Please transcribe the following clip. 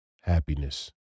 happiness